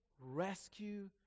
rescue